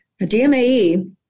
DMAE